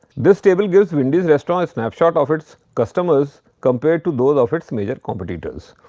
this table gives wendy's restaurant a snapshot of its customers compared to those of its major competitors.